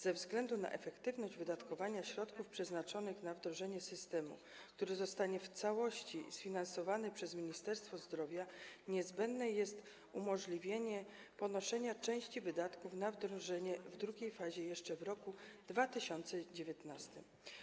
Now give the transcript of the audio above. Ze względu na efektywność wydatkowania środków przeznaczonych na wdrożenie systemu, który zostanie w całości sfinansowany przez Ministerstwo Zdrowia, niezbędne jest umożliwienie ponoszenia części wydatków na wdrożenie w drugiej fazie jeszcze w roku 2019.